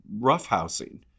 roughhousing